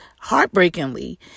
heartbreakingly